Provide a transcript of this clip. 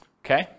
okay